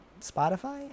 Spotify